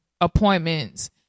appointments